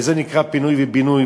זה נקרא פינוי ובינוי,